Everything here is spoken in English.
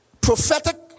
Prophetic